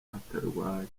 atarwaye